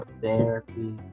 therapy